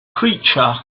creature